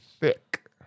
thick